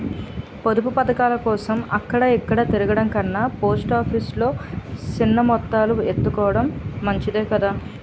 పొదుపు పదకాలకోసం అక్కడ ఇక్కడా తిరగడం కన్నా పోస్ట్ ఆఫీసు లో సిన్న మొత్తాలు ఎత్తుకోడం మంచిదే కదా